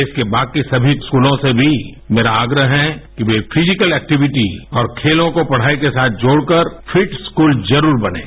देश के बाकी सभी स्कूलों से भी मेरा आग्रह है कि र्व फ्रिजिकल एक्टिविटी और खेलों को पढ़ाई के साथ जोड़कर फिट स्कूल जरूर बनें